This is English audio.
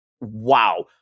wow